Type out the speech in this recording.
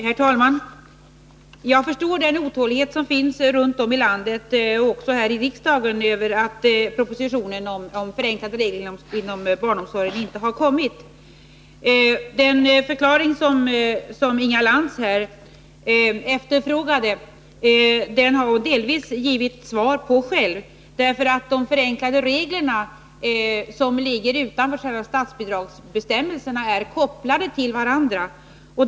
Herr talman! Jag förstår den otålighet som finns runt om i landet, och även här i riksdagen, över att propositionen om förenklade regler inom barnomsorgen ännu inte har lagts fram. Den förklaring som Inga Lantz här efterfrågade har hon delvis själv givit. De förenklade reglerna, som ligger utanför själva statsbidragsbestämmelserna, är nämligen kopplade till varandra.